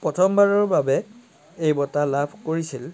প্ৰথমবাৰৰ বাবে এই বঁটা লাভ কৰিছিল